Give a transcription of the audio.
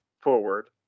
forward